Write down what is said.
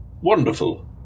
Wonderful